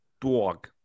Dog